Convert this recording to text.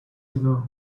ago